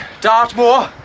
Dartmoor